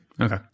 Okay